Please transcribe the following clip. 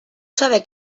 saber